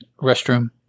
restroom